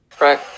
right